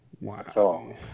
Wow